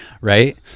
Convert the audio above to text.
Right